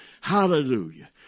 Hallelujah